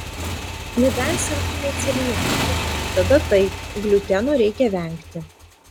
nebent sirgtumei celiakija tada taip gliuteno reikia vengti